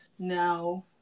Now